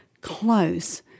close